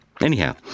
Anyhow